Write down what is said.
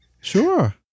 Sure